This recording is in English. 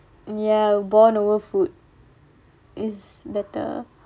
ya bond over food is better